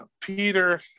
Peter